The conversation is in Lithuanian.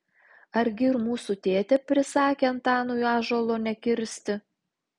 argi ir mūsų tėtė prisakė antanui ąžuolo nekirsti